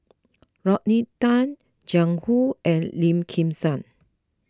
Rodney Tan Jiang Hu and Lim Kim San